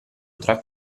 tra